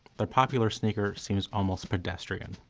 their popular sneaker seems almost pedestrian.